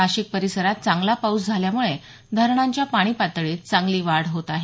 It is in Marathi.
नाशिक परिसरात चांगला पाऊस झाल्यामुळे धरणांच्या पाणीपातळीत चांगली वाढ होत आहे